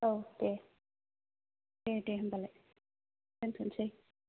औ दे दे दे होमबालाय दोनथनोसै